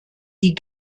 die